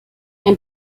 ein